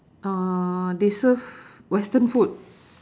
uh they serve western food